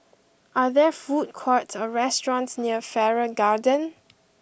are there food courts or restaurants near Farrer Garden